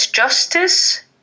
justice